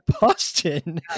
boston